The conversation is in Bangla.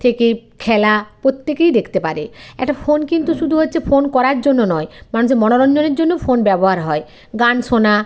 থেকে খেলা প্রত্যেকেই দেখতে পারে একটা ফোন কিন্তু শুধু হচ্ছে ফোন করার জন্য নয় মানুষের মনোরঞ্জনের জন্যও ফোন ব্যবহার হয় গান শোনা